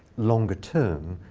longer term,